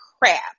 crap